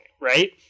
right